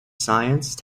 science